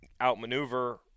outmaneuver